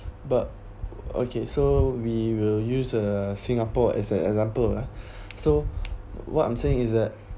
but okay so we will use uh singapore as an example ah so what I'm saying is that